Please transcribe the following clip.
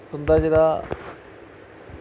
तुंदा जेह्ड़ा